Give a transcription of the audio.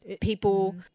people